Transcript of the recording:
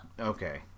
Okay